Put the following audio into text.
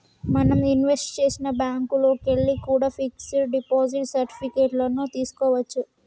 మనం ఇన్వెస్ట్ చేసిన బ్యేంకుల్లోకెల్లి కూడా పిక్స్ డిపాజిట్ సర్టిఫికెట్ లను తీస్కోవచ్చు